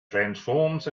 transforms